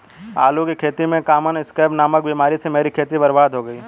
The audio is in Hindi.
आलू की खेती में कॉमन स्कैब नामक बीमारी से मेरी खेती बर्बाद हो गई